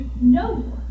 No